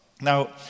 Now